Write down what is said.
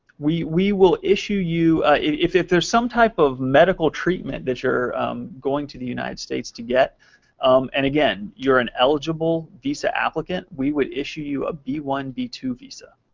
we we will issue you if if there's some type of medical treatment that you're going to the united states to get and, again, you're an eligible visa applicant, we would issue you a b one b two visa.